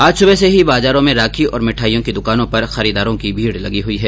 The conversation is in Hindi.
आज सुबह से ही बाजारों में राखी और मिठाइयों की दुकानों पर खरीददारों की भीड़ लगी हई है